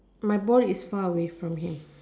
my ball is far away from him